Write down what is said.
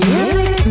Music